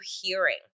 hearing